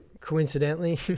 Coincidentally